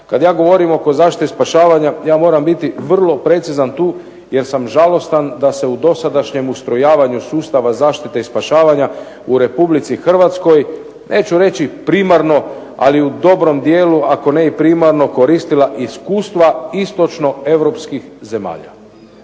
Kad ja govorim oko zaštite spašavanja ja moram biti vrlo precizan tu jer sam žalostan da se u dosadašnjem ustrojavanju sustava zaštite i spašavanja u RH, neću reći primarno, ali u dobrom dijelu ako ne i primarno koristila iskustvo istočnoeuropskih zemalja.